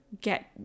get